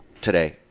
today